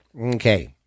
okay